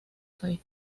país